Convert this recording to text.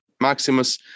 Maximus